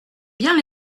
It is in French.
bien